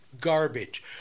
garbage